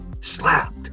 Slapped